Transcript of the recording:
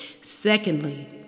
Secondly